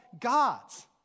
gods